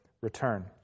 return